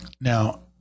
Now